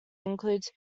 includes